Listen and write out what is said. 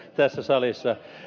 tässä salissa